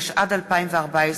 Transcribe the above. התשע"ד 2014,